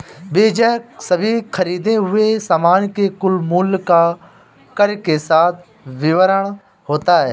बीजक सभी खरीदें हुए सामान के कुल मूल्य का कर के साथ विवरण होता है